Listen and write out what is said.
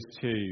two